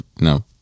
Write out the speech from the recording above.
No